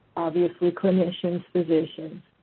obviously, clinicians, physicians,